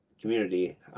community